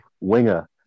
winger